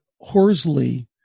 Horsley